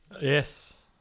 Yes